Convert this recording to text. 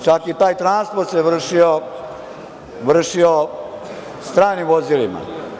Čak se i taj transport vršio stranim vozilima.